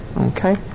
Okay